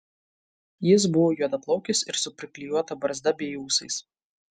jis buvo juodaplaukis ir su priklijuota barzda bei ūsais